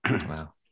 Wow